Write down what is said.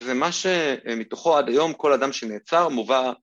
זה מה שמתוכו עד היום כל אדם שנעצר מובא...